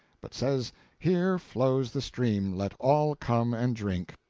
but says here flows the stream, let all come and drink!